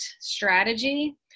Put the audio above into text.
strategy